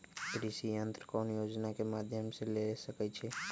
कृषि यंत्र कौन योजना के माध्यम से ले सकैछिए?